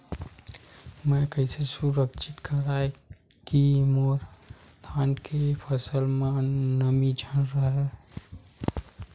मैं कइसे सुनिश्चित करव कि मोर धान के फसल म नमी झन रहे?